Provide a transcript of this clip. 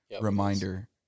reminder